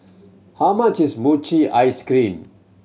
how much is mochi ice cream